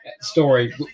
story